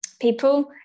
people